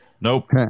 Nope